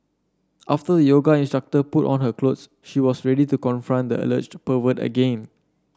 after the yoga instructor put on her clothes she was ready to confront the alleged pervert again